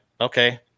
okay